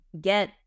get